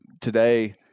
today